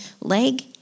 leg